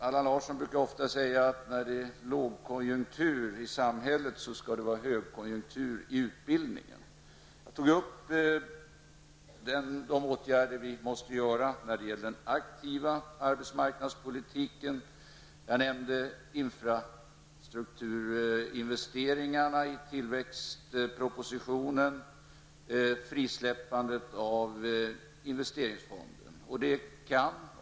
Allan Larsson brukar säga att när det är lågkonjunktur i samhället skall det vara högkonjunktur i utbildningen. Jag nämnde de åtgärder som vi måste vidta när det gäller den aktiva arbetsmarknadspolitiken. Jag nämnde infrastrukturinvesteringarna i tillväxtpropositionen och frisläppandet av investeringsfonden.